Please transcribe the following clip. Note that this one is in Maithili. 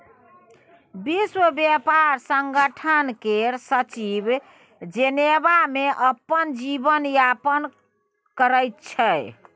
विश्व ब्यापार संगठन केर सचिव जेनेबा मे अपन जीबन यापन करै छै